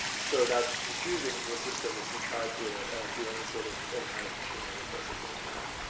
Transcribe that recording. so, that's confusing to a system if you try to do any sort of automatic machine learning processing on that.